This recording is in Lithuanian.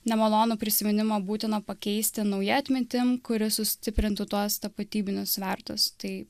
nemalonų prisiminimą būtina pakeisti nauja atmintim kuri sustiprintų tuos tapatybinius svertus tai